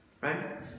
Right